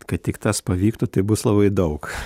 kad tik tas pavyktų tai bus labai daug